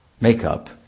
makeup